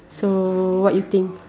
so what you think